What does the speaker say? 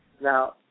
Now